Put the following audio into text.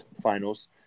finals